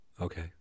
Okay